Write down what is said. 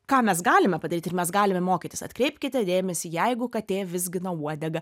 ką mes galime padaryti ir mes galime mokytis atkreipkite dėmesį jeigu katė vizgina uodegą